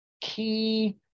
key